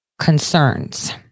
concerns